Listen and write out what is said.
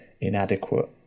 inadequate